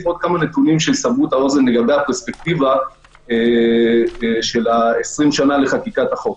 עוד כמה נתונים שיסברו את האוזן לגבי הפרספקטיבה של 20 שנה לחקיקת החוק.